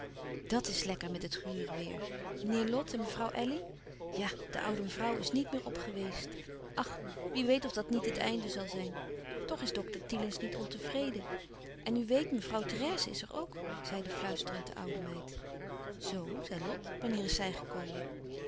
dat is lekker met het gure weêr meneer lot en mevrouw elly ja de oude mevrouw is niet meer op geweest ach wie weet of dat niet het einde zal zijn toch is dokter thielens niet ontevreden en u weet mevrouw therèse is er ook zeide fluisterend de oude meid zoo zei lot wanneer is zij gekomen